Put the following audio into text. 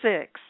six